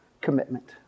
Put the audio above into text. commitment